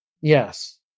Yes